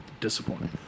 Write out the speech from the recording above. Disappointing